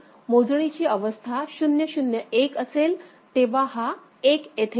मोजणीची अवस्था 0 0 1 असेल तेव्हा हा 1 येथे येईल